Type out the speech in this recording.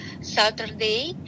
saturday